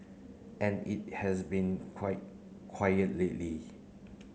and it has been quite quiet lately